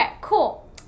cool